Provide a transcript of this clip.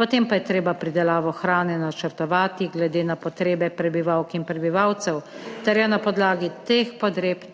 potem pa je treba pridelavo hrane načrtovati glede na potrebe prebivalk in prebivalcev ter jo na podlagi teh potreb,